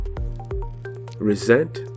Resent